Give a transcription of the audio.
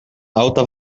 alta